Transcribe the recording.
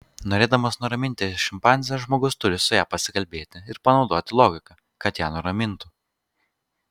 norėdamas nuraminti šimpanzę žmogus turi su ja pasikalbėti ir panaudoti logiką kad ją nuramintų